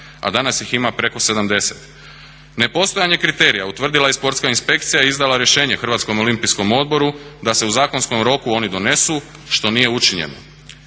a danas ih ima preko 70. Nepostojanje kriterija utvrdila je i sportska inspekcija i izdala rješenje Hrvatskom olimpijskom odboru da se u zakonskom roku oni donesu što nije učinjeno.